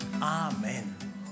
amen